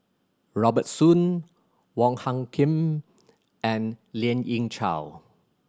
Robert Soon Wong Hung Khim and Lien Ying Chow